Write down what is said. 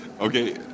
Okay